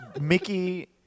Mickey